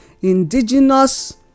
indigenous